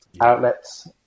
outlets